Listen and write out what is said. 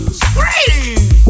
scream